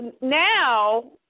now